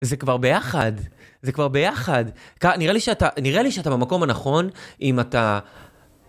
זה כבר ביחד, זה כבר ביחד. נראה לי שאתה ...נראה לי שאתה במקום הנכון אם אתה...